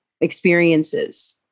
experiences